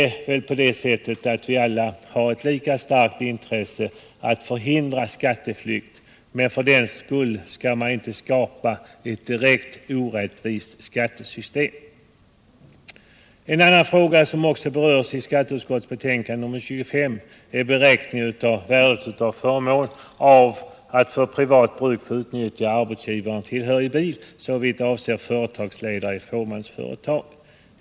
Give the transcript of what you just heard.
Vi har väl alla ett lika stort intresse av att förhindra skatteflykt, men för den skull skall vi inte skapa ett direkt orättvist skattesystem. En annan fråga som också berörs I skatteutskottets betänkande nr 25 är beräkningen av värdet av förmånen att för privat bruk kunna utnyttja arbetsgivaren tillhörig bil, när fråga är om företagsledare i fåmansföretap.